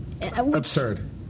absurd